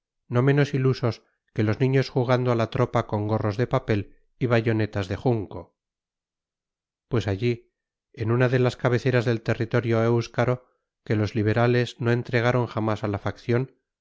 no menos ilusos que los niños jugando a la tropa con gorros de papel y bayonetas de junco pues allí en una de las cabeceras del territorio éuskaro que los liberales no entregaron jamás a la facción